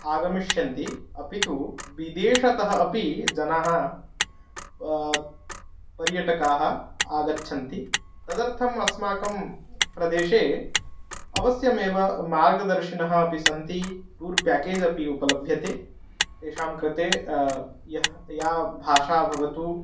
आगमिष्यन्ति अपि तु विदेशतः अपि जनाः पर्यटकाः आगच्छन्ति तदर्थम् अस्माकं प्रदेशे अवश्यमेव मार्गदर्शनम् अपि सन्ति टूर् प्याकेजपि उपलभ्यते तेषां कृते यः या भाषा भवतु